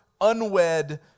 unwed